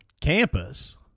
campus